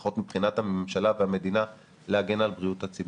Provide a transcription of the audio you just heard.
לפחות מבחינת הממשלה והמדינה להגן על בריאות הציבור.